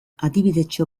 adibidetxo